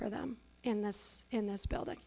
for them in this in this building